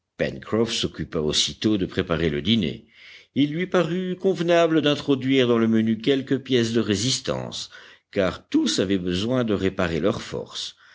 s'occupa aussitôt de préparer le dîner il lui parut convenable d'introduire dans le menu quelque pièce de résistance car tous avaient besoin de réparer leurs forces